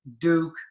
Duke